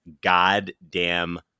goddamn